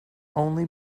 only